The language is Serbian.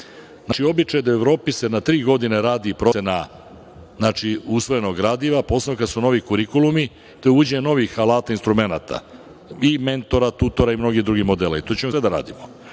običaj u Evropi je da se na tri godine radi procena usvojenog gradiva, posebno kad su novi kurikulumi. To je uvođenje novih alata i instrumenata, i mentora, tutora i mnogih drugih modela. To ćemo sve da radimo.